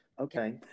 Okay